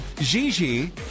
Gigi